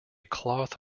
cloth